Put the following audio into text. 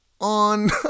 on